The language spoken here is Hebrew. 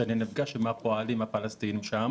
כי אני נפגש עם הפועלים הפלסטינים שם